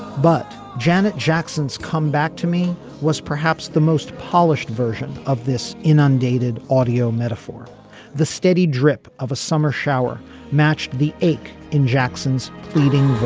but janet jackson's comeback to me was perhaps the most polished version of this inundated audio metaphor the steady drip of a summer shower matched the ache in jackson's leading